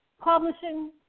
publishing